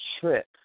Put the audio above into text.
trip